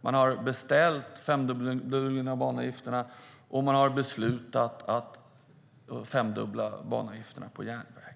Man har beställt en femdubbling av banavgifterna, och man har beslutat att femdubbla banavgifterna på järnväg.